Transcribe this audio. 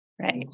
right